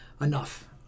enough